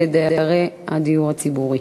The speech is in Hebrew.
הדיור הציבורי,